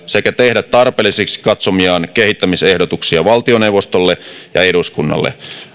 sekä tehdä tarpeellisiksi katsomiaan kehittämisehdotuksia valtioneuvostolle ja eduskunnalle